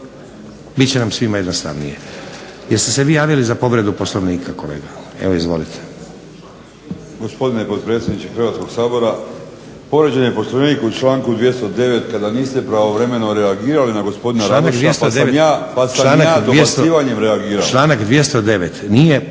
Bit će nam svima jednostavnije. Jeste se vi javili za povredu Poslovnika kolega? Evo izvolite.